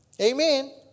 Amen